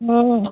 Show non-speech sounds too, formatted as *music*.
*unintelligible*